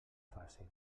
fàcil